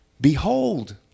Behold